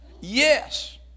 yes